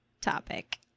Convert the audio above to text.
topic